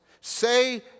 Say